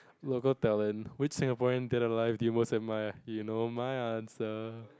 local talent which Singaporean dead or alive do you most admire you know my answer